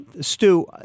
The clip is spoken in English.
Stu